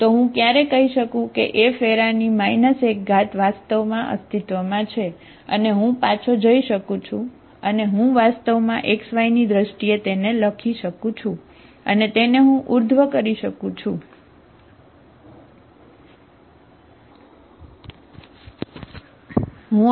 તો હું ક્યારે કહી શકું કે F 1 વાસ્તવમાં અસ્તિત્વમાં છે અને હું પાછો જઈ શકું છું અને હું વાસ્તવમાં x y ની દ્રષ્ટિએ તેને લખી શકું છું અને તેને હું ઉર્ધ્વ કરી શકું છું બરાબર